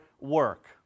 work